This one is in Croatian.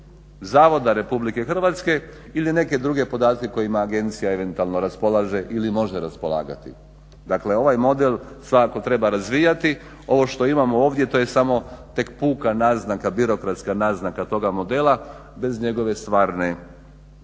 zavoda RH ili neke druge podatke kojima agencija eventualno raspolaže ili može raspolagati. Dakle ovaj model svakako treba razvijati. Ovo što imamo ovdje to je samo tek puka naznaka birokratska naznaka toga modela, bez njegove stvarne kvalitete.